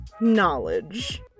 knowledge